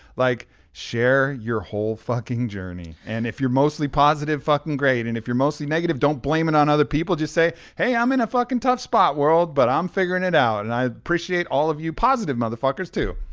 like share your whole fucking journey. and if you're mostly positive, fucking great. and if you're mostly negative, don't blame it on other people. just say, hey, i'm in a fucking tough spot, world, but i'm figuring it out. and i appreciate all of you positive motherfuckers, too.